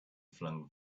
flung